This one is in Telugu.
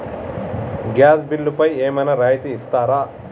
గ్యాస్ బిల్లుపై ఏమైనా రాయితీ ఇస్తారా?